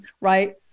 right